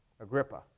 Agrippa